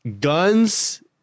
guns